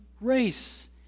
race